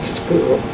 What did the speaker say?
school